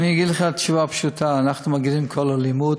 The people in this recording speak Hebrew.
אני אגיד לך תשובה פשוטה: אנחנו מגנים כל אלימות.